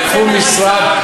האם אדוני, ?